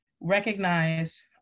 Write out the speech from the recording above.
recognize